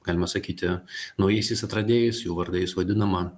galima sakyti naujaisiais atradėjais jų vardais vadinama